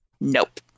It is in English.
Nope